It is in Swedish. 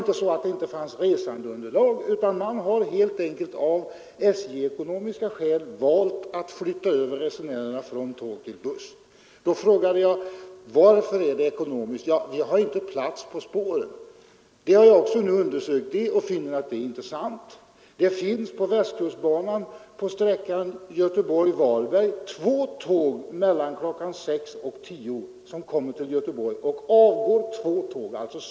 Det saknades inte resandeunderlag, utan man har helt enkelt gjort det av SJ-ekonomiska skäl, svarade man. Då frågade jag varför. — ”Jo, vi hade inte plats på spåren.” Det har jag också undersökt, och jag har funnit att det knappast är sant. På Västkustbanan mellan Göteborg och Varberg ankommer två tåg till Göteborg mellan kl. 6 och kl. 10, och två tåg avgår därifrån.